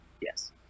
Yes